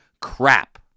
crap